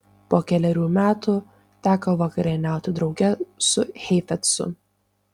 po kelerių metų teko vakarieniauti drauge su heifetzu